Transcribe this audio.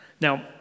Now